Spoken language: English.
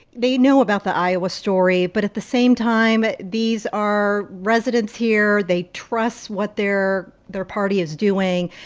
they know about the iowa story. but at the same time, these are residents here. they trust what their their party is doing.